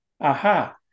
aha